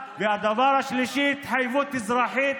3. התחייבות אזרחית,